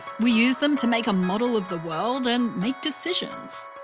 we use them to make a model of the world and make decisions.